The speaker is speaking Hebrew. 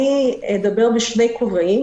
אני אדבר בשני כובעים,